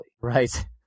Right